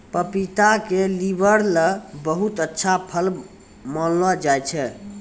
पपीता क लीवर ल बहुत अच्छा फल मानलो जाय छै